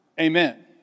amen